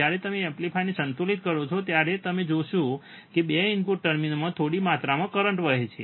જ્યારે તમે તમારા એમ્પ્લીફાયરને સંતુલિત કરો છો ત્યારે તમે જોશો કે 2 ઇનપુટ ટર્મિનલ્સમાં થોડી માત્રામાં કરંટ વહે છે